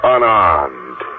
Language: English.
Unarmed